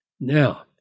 Now